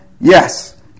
yes